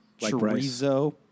chorizo